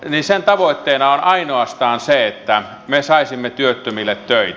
sen tavoitteena on ainoastaan se että me saisimme työttömille töitä